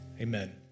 Amen